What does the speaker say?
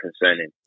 concerning